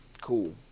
cool